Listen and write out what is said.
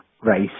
race